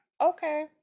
okay